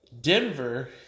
Denver